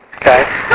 okay